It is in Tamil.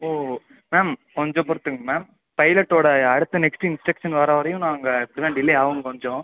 ஓ மேம் கொஞ்சம் பொறுத்துங்க மேம் பைலட்டோட அடுத்த நெக்ஸ்ட்டு இன்ஸ்ட்ரக்ஷன் வர வரையும் நாங்கள் இப்படி தான் டிலே ஆகும் கொஞ்சம்